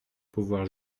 pouvoir